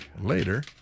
Later